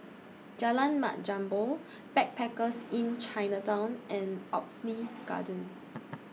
Jalan Mat Jambol Backpackers Inn Chinatown and Oxley Garden